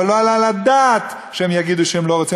אבל לא עלה על הדעת שהם יגידו שהם לא רוצים.